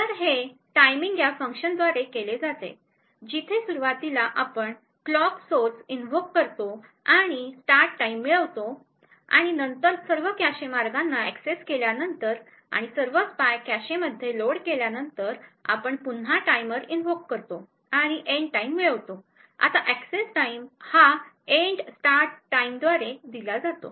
तर हे टायमिंग या फंक्शनद्वारे केले जाते जिथे सुरुवातीला आपण क्लॉक सोर्स इनव्होक करतो आणि स्टार्ट टाईम मिळवितो आणि नंतर सर्व कॅशे मार्गांना एक्सेस केल्यानंतर आणि सर्व स्पाय डेटा कॅशेमध्ये लोड केल्यानंतर आपण पुन्हा टाइमर इनव्होक करतो आणि इंड टाईम मिळतो आता एक्सेस टाईम हा इंड स्टार्ट टाईमद्वारे दिला जातो